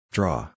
Draw